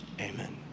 amen